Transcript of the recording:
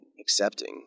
accepting